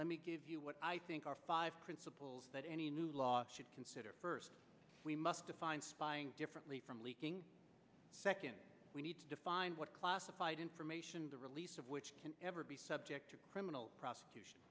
let me give you what i think are five principles that any new law should consider first we must define spying differently from leaking secondly we need to define what classified information the release of which can ever be subject to criminal prosecution